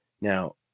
Now